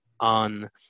on